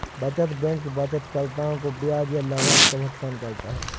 बचत बैंक बचतकर्ताओं को ब्याज या लाभांश का भुगतान करता है